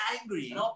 angry